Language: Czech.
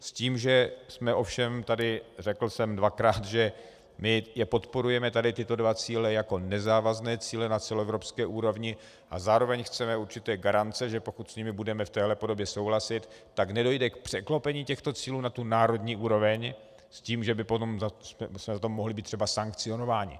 S tím, že jsme ovšem tady, řekl jsem dvakrát, že my je podporujeme, tyto dva cíle, jako nezávazné cíle na celoevropské úrovni a zároveň chceme určité garance, že pokud s nimi budeme v téhle podobě souhlasit, tak nedojde k překlopení těchto cílů na národní úroveň s tím, že bychom potom za to mohli být třeba sankcionováni.